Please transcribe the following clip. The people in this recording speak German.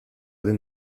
den